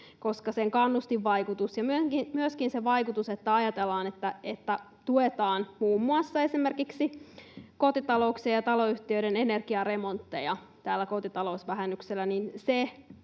koska sillä on kannustinvaikutus ja myöskin se ajatus, että tuetaan muun muassa esimerkiksi kotitalouksien ja taloyhtiöiden energiaremontteja tällä kotitalousvähennyksellä.